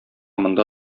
монда